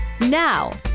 Now